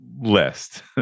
list